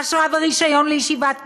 אשרה ורישיון לישיבת קבע,